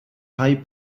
high